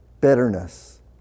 bitterness